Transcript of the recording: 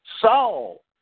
Saul